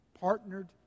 Partnered